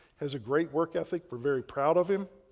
has a great work ethic, we're very proud of him.